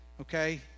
okay